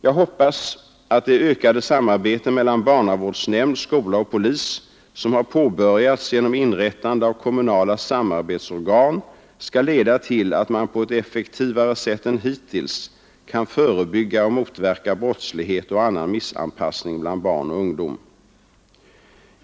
Jag hoppas att det ökade samarbete mellan barnavårdsnämnd, skola och polis som har påbörjats genom inrättande av kommunala samarbetsorgan skall leda till att man på ett effektivare sätt än hittills kan förebygga och motverka brottslighet och annan missanpassning bland barn och ungdom.